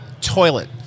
toilet